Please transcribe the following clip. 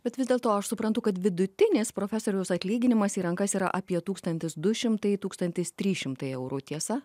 bet vis dėlto aš suprantu kad vidutinis profesoriaus atlyginimas į rankas yra apie tūkstantis du šimtai tūkstantis trys šimtai eurų tiesa